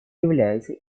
является